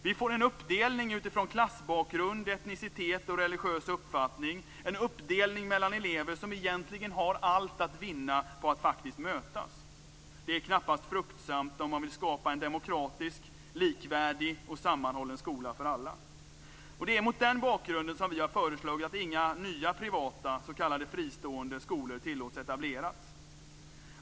Vi får en uppdelning utifrån klassbakgrund, etnicitet och religiös uppfattning, en uppdelning mellan elever som egentligen har allt att vinna på att faktiskt mötas. Det är knappast fruktsamt om man vill skapa en demokratisk, likvärdig och sammanhållen skola för alla. Det är mot den bakgrunden som vi har föreslagit att inga nya privata - s.k. fristående - skolor tillåts etableras.